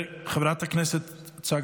חברת הכנסת צגה